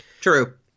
True